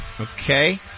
Okay